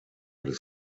des